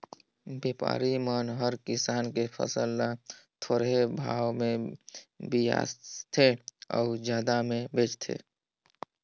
बेपारी मन हर किसान के फसल ल थोरहें भाव मे बिसाथें अउ जादा मे बेचथें